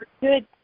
good